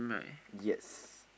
yes